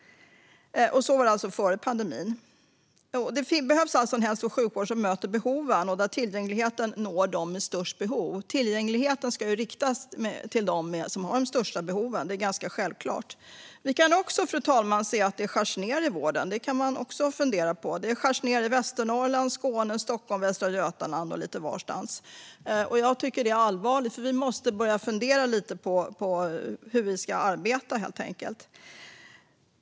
Så var det alltså redan före pandemin. Det behövs en hälso och sjukvård som möter behoven och där tillgängligheten når dem med störst behov. Tillgängligheten ska ju riktas mot dem som har de största behoven; det är ganska självklart. Vi kan också se att det skärs ned på vården, fru talman. Även det kan man fundera på. Det skärs ned i Västernorrland, Skåne, Stockholm, Västra Götaland och lite varstans. Jag tycker att det är allvarligt. Vi måste börja fundera lite på hur vi ska arbeta, helt enkelt.